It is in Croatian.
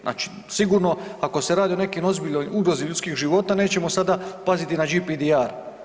Znači sigurno ako se radi o nekoj ozbiljnoj ugrozi ljudskih života nećemo sada paziti na GPDR.